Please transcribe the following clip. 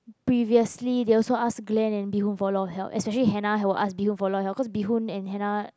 previously they also ask Glen and Bi-hun for a lot of help especially Hannah he will ask Bi-hun for a lot of help because Bi-hun and Hannah